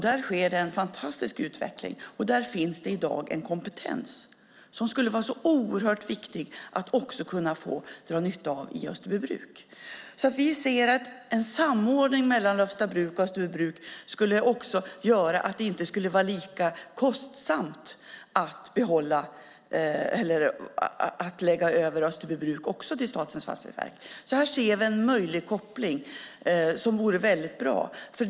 Där sker en fantastisk utveckling, och där finns i dag en kompetens som det skulle vara oerhört viktigt att kunna dra nytta av i Österbybruk. En samordning mellan Lövstabruk och Österbybruk skulle innebära att det inte vore lika kostsamt att också föra över Österbybruk till Statens fastighetsverk. Här ser vi en möjlig koppling som vore mycket bra.